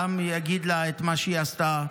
העם יגיד לה את מה שהיא עשתה,